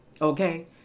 Okay